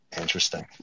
interesting